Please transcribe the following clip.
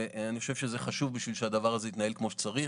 אני חושב שזה חשוב כדי שהדבר הזה יתנהל כמו שצריך.